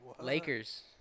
Lakers